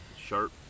Sharp